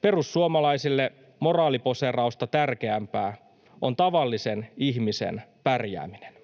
Perussuomalaisille moraaliposeerausta tärkeämpää on tavallisen ihmisen pärjääminen.